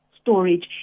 storage